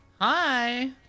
Hi